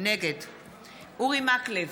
נגד אורי מקלב,